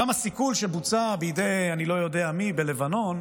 גם הסיכול שבוצע בידי אני לא יודע מי בלבנון